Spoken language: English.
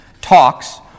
talks